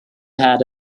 had